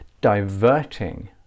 diverting